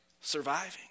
surviving